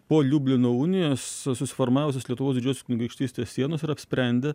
po liublino unija susiformavusios lietuvos didžiosios kunigaikštystės sienos ir apsprendė